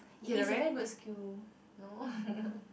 okay the very no